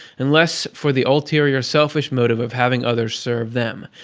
unless for the ulterior, selfish motive of having others serve them.